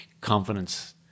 confidence